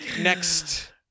Next